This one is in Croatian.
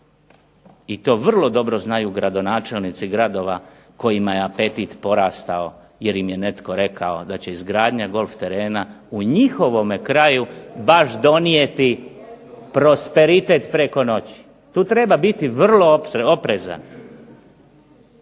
i to vrlo dobro znaju gradonačelnici gradova kojima je apetit porastao jer im je netko rekao da će izgradnja golf terena u njihovome kraju baš donijeti prosperitet preko noći. Tu treba biti vrlo oprezan.